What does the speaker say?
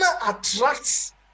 attracts